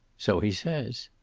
so he says.